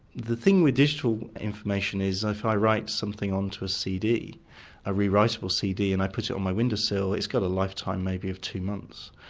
the thing with digital information is if i write something onto a rewritable cd and i put it on my windowsill, it's got a lifetime maybe of two months,